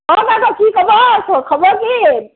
অ' বাইদেউ আছোঁ খবৰ কি